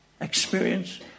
experience